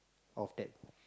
of that